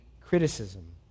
criticism